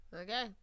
Okay